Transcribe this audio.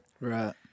right